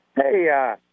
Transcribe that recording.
hey